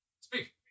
Speak